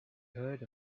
heard